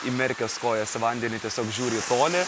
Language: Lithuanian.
įmerkęs kojas į vandenį tiesiog žiūri į tolį